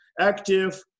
active